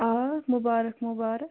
آ مُبارک مُبارک